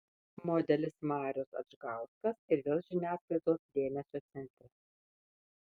modelis marius adžgauskas ir vėl žiniasklaidos dėmesio centre